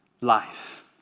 life